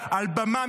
כי את עמדת על במה.